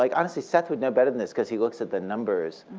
like honestly, seth would know better than this because he looks at the numbers.